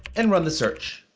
and run the search.